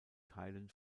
teilen